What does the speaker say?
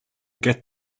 get